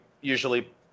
usually